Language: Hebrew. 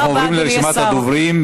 אנחנו עוברים לרשימת הדוברים,